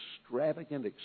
extravagant